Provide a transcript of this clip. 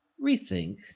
rethink